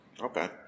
Okay